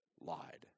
lied